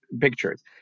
pictures